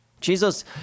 Jesus